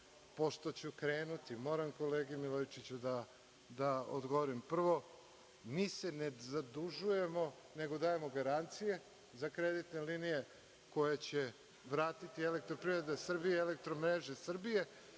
ću krenuti moram kolegi Milojičiću da odgovorim. Prvo mi se ne zadužujemo, nego dajemo garancije za kreditne linije koje će vratiti „Elektroprivreda Srbije“ i „Elektromreže Srbije“.Zašto